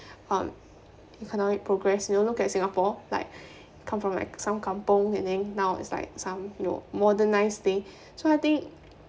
um economic progress you know look at singapore like it come from like some kampung and then now is like some you know modernized thing so I think